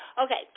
Okay